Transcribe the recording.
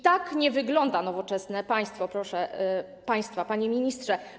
Tak nie wygląda nowoczesne państwo, proszę państwa, panie ministrze.